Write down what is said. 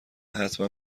حتما